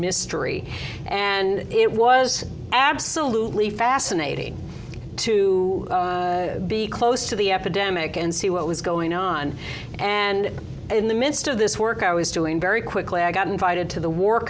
mystery and it was absolutely fascinating to be close to the epidemic and see what was going on and in the midst of this work i was doing very quickly i got invited to the war